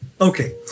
Okay